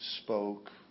spoke